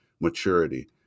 maturity